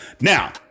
Now